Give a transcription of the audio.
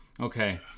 Okay